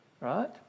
right